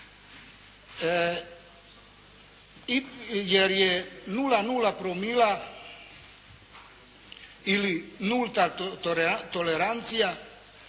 jer je 0,0 promila ili nulta tolerancija,